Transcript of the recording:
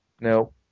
No